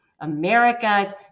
america's